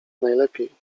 najlepiej